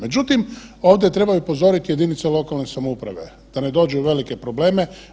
Međutim, ovdje treba i upozorit i jedinice lokalne samouprave da ne dođu u velike probleme.